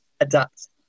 adapt